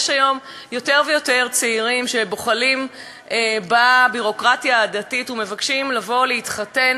יש היום יותר ויותר צעירים שבוחלים בביורוקרטיה הדתית ומבקשים להתחתן,